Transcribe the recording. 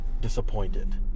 disappointed